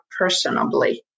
personably